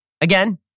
again